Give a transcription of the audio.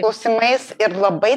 klausimais ir labai